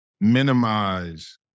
minimize